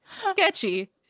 sketchy